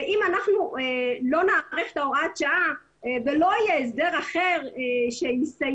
ואם אנחנו לא נאריך את הוראת השעה ולא יהיה הסדר אחר שיסייע,